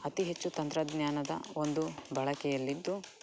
ಅತೀ ಹೆಚ್ಚು ತಂತ್ರಜ್ಞಾನದ ಒಂದು ಬಳಕೆಯಲ್ಲಿದ್ದು